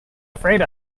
afraid